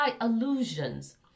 illusions